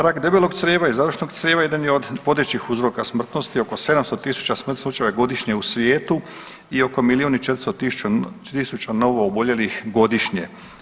Rak debelog crijeva i završnog crijeva jedan je od vodećih uzroka smrtnosti, oko 700 000 slučajeva godišnje u svijetu i oko milijun i 400 000 novo oboljelih godišnje.